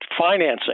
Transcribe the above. financing